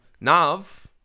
nav